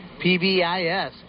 PBIS